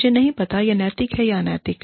मुझे नहीं पता यह नैतिक है या अनैतिक